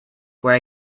where